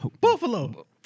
Buffalo